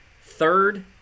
third